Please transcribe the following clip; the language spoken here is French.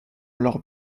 alors